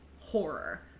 horror